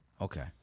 Okay